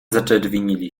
zaczerwienili